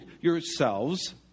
yourselves